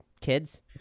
kids